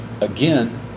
Again